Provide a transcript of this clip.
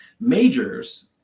majors